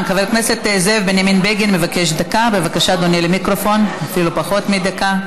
בבקשה, מיקי זוהר.